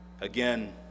Again